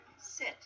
Sit